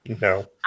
No